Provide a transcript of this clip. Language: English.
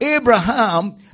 Abraham